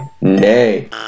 Nay